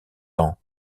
ans